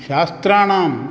शास्त्राणां